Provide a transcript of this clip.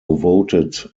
voted